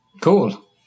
Cool